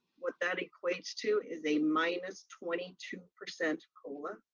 what that equates to is a minus twenty two percent cola.